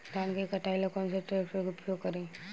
धान के कटाई ला कौन सा ट्रैक्टर के उपयोग करी?